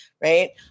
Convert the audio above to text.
right